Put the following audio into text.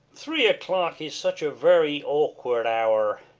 three o'clock is such a very awkward hour.